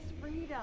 freedom